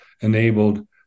enabled